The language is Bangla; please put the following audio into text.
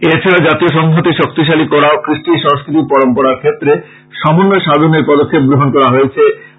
এছাড়া জাতীয় সংহতি শক্তিশালী করা ও কৃষ্টি সংস্কৃতি পরম্পরার ক্ষেত্রে সমন্বয় সাধনের পদক্ষেপ গ্রহন করা হয়েছে